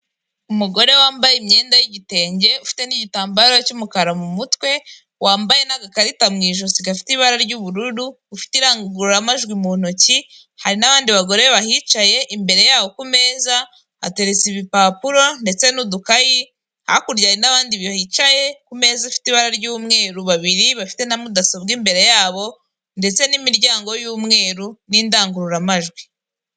Umugore wambaye imyenda y'igitenge, ufite n'igitambaro cy'umukara mu mutwe, wambaye n'agakarita mu ijosi gafite ibara ry'ubururu, ufite irangururamajwi mu ntoki, hari n'abandi bagore bahicaye, imbere yabo ku meza hateretse ibipapuro ndetse n'udukayi, hakurya hari n'abandi bicaye ku meza ifite ibara ry'umweru babiri bafite na mudasobwa imbere yabo ndetse n'imiryango y'umweru n'indangururamajwi.